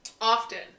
Often